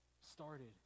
started